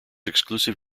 exclusive